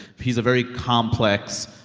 he's a very complex,